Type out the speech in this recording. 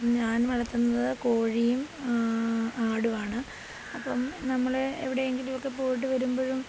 ഞാൻ വളർത്തുന്നത് കോഴിയും ആടുമാണ് അപ്പം നമ്മൾ എവിടെയെങ്കിലും ഒക്കെ പോയിട്ട് വരുമ്പോഴും